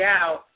out